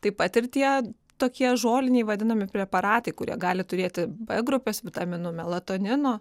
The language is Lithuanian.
taip pat ir tie tokie žoliniai vadinami preparatai kurie gali turėti b grupės vitaminų melatonino